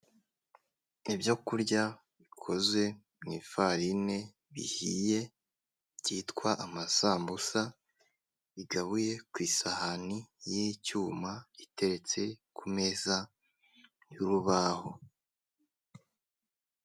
Ibyo kurya bikoze mu ifarine bihiye, byitwa amasambusa, bigabuye ku isahani y'icyuma iteretse ku meza y'urubaho.